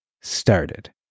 started